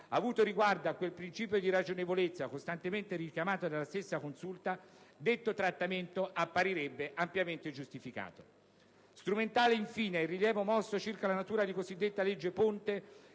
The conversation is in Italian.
avuto riguardo a quel principio di ragionevolezza, costantemente richiamato dalla stessa Consulta, detto trattamento apparirebbe ampiamente giustificato. Strumentale, infine, è il rilievo mosso circa la natura di cosiddetta legge ponte,